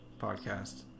podcast